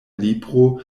libro